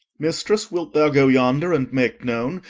mistress, wilt thou go yonder and make known,